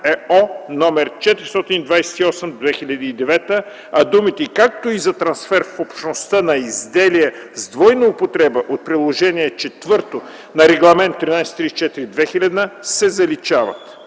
(ЕО) № 428/2009”, а думите „както и за трансфер в Общността на изделия с двойна употреба от Приложение ІV на Регламент 1334/2000” се заличават.